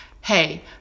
hey